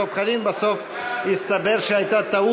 71 בעד, שמונה התנגדו,